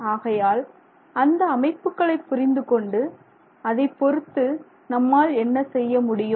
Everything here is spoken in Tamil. ஆகையால் அந்த அமைப்புகளை புரிந்துகொண்டு அதை பொறுத்து நம்மால் என்ன செய்ய முடியும்